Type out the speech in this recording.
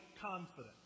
confident